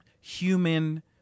human